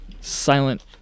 Silent